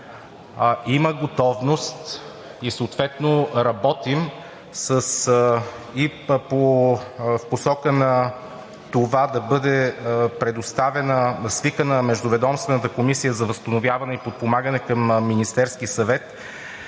има готовност и съответно работим в посока на това да бъде свикана Междуведомствената комисия за възстановяване и подпомагане към Министерския съвет,